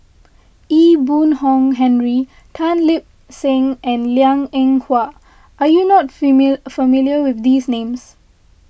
Ee Boon Kong Henry Tan Lip Seng and Liang Eng Hwa are you not familiar with these names